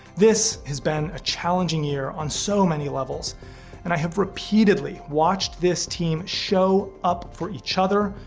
this has been a challenging year on so many levels and i have repeatedly watched this team show up for each other,